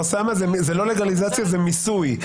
אוסאמה, זה לא לגליזציה, זה מיסוי.